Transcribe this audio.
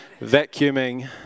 Vacuuming